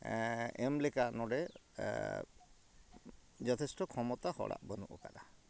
ᱮᱢᱞᱮᱠᱟ ᱱᱚᱰᱮ ᱡᱚᱛᱷᱮᱥᱴᱚ ᱠᱷᱚᱢᱚᱛᱟ ᱦᱚᱲᱟᱜ ᱵᱟᱹᱱᱩᱜ ᱟᱠᱟᱫᱟ